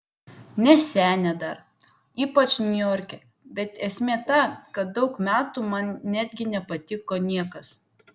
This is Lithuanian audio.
ne senė dar ypač niujorke bet esmė ta kad daug metų man netgi nepatiko niekas